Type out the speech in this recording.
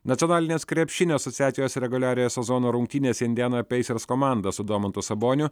nacionalinės krepšinio asociacijos reguliariojo sezono rungtynėse indiana pacers komanda su domantu saboniu